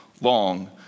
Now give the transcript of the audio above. long